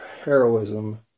heroism